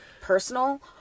personal